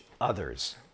others